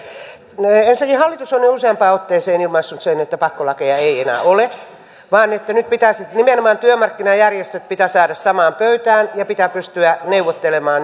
ensinnäkin hallitus on jo useampaan otteeseen ilmaissut sen että pakkolakeja ei enää ole vaan että nyt pitää sitten nimenomaan työmarkkinajärjestöt saada samaan pöytään ja pitää pystyä neuvottelemaan yhdessä